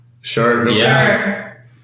Sure